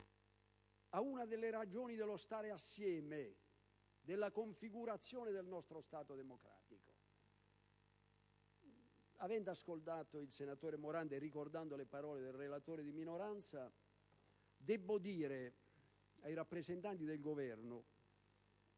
ad una delle ragioni dello stare assieme, della configurazione del nostro Stato democratico. Avendo ascoltato il senatore Morando e ricordando le parole del relatore di minoranza, debbo dire ai rappresentanti del Governo che